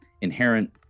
inherent